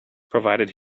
provided